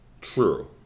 true